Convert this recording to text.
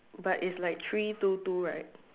but it's like three two two right